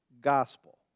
gospel